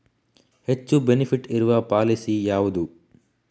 ಹೆಚ್ಚು ಬೆನಿಫಿಟ್ ಇರುವ ಪಾಲಿಸಿ ಯಾವುದು?